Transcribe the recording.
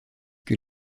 que